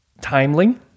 timely